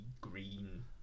green